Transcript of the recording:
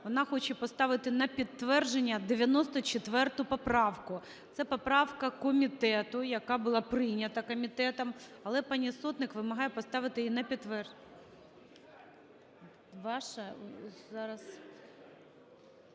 вона хоче поставити на підтвердження 94 поправку. Це поправка комітету, яка була прийнята комітетом, але пані Сотник вимагає поставити її на підтвердження. Ваша? Зараз.